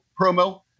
promo